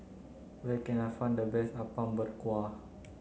where can I find the best Apom Berkuah